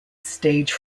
stage